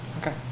Okay